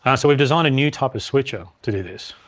and so we've designed a new type of switcher to do this.